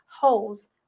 holes